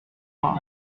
pas